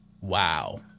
Wow